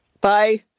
Bye